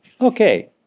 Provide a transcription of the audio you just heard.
okay